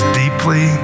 deeply